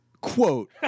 quote